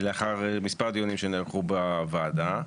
לאחר מספר דיונים שנערכו בוועדה.